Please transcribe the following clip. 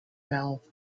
valve